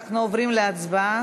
אנחנו עוברים להצבעה.